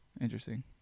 Interesting